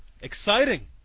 Exciting